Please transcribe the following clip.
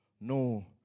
no